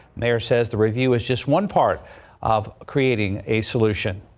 mayor says the review is just one part of creating a solution.